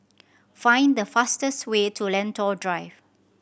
find the fastest way to Lentor Drive